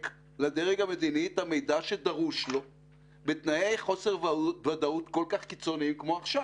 לדרג המדיני את המידע שדרוש לו בתנאי חוסר ודאות כמו עכשיו.